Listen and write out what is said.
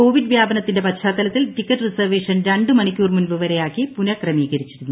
Covid വ്യാപനത്തിന്റെ പശ്ചാത്തലത്തിൽ ticket reservation രണ്ടു മണിക്കൂർ മുൻപ് വരെയാക്കി പുനഃക്രമീകരിച്ചിരുന്നു